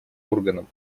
органом